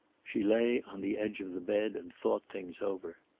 she lay on the edge of the bed and thought things over.